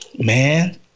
Man